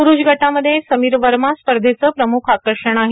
प्रुष गटामध्ये समीर वर्मा स्पर्धेचं प्रम्ख आकर्षण आहे